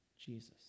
Jesus